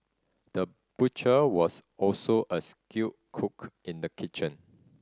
the butcher was also a skilled cook in the kitchen